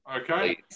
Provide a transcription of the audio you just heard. Okay